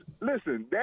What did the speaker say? Listen